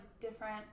different